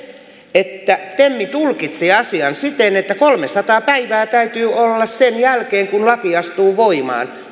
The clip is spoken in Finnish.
että tem tulkitsi asian siten että kolmesataa päivää täytyy olla työttömänä sen jälkeen kun laki astuu voimaan